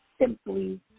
simply